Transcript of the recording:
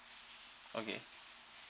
okay